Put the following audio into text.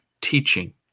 teaching